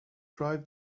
drive